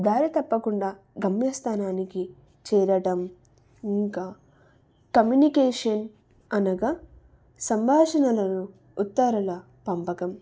దారి తప్పకుండా గమ్యస్థానానికి చేరటం ఇంకా కమ్యూనికేషన్ అనగా సంభాషణలు ఉత్తరాల పంపకం